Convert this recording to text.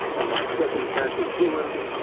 and my circumstances ruined,